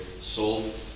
solve